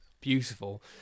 beautiful